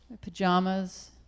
pajamas